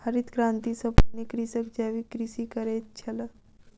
हरित क्रांति सॅ पहिने कृषक जैविक कृषि करैत छल